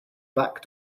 back